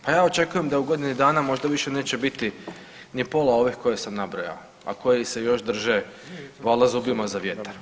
Pa ja očekujem da u godini dana možda više neće biti ni pola ovih koje sam nabrojao a koji se još drže valjda zubima za vjetar.